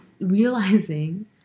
realizing